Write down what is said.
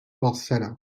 falsetto